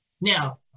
Now